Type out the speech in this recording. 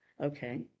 okay